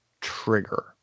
trigger